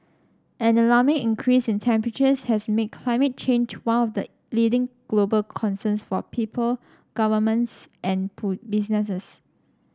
an alarming increase in temperatures has made climate change one of the leading global concerns for people governments and businesses